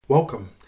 Welcome